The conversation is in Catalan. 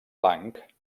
blanc